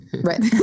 Right